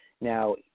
Now